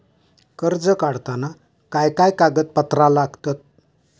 कर्ज काढताना काय काय कागदपत्रा लागतत?